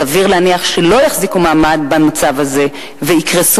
סביר להניח שלא יחזיקו מעמד במצב הזה ויקרסו